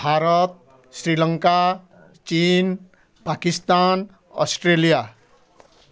ଭାରତ ଶ୍ରୀଲଙ୍କା ଚୀନ ପାକିସ୍ତାନ ଅଷ୍ଟ୍ରେଲିଆ